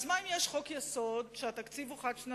אז מה אם יש חוק-יסוד שהתקציב הוא חד-שנתי?